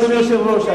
אדוני היושב-ראש,